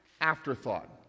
afterthought